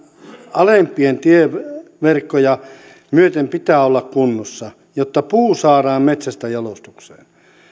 alempia tieverkkoja myöten pitää olla kunnossa jotta puu saadaan metsästä jalostukseen